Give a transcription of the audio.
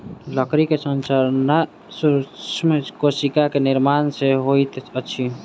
लकड़ी के संरचना सूक्ष्म कोशिका के निर्माण सॅ होइत अछि